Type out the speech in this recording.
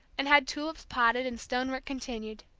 and had tulips potted and stone work continued.